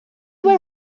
were